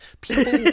People